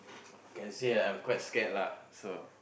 can say I'm quite scared lah so